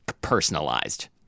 personalized